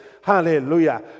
Hallelujah